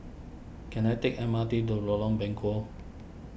can I take M R T to Lorong Bengkok